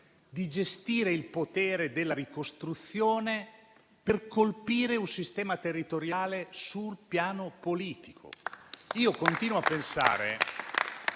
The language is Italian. di gestire il potere della ricostruzione per colpire un sistema territoriale sul piano politico. Continuo a pensare